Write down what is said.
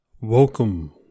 Welcome